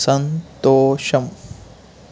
సంతోషం